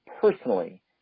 personally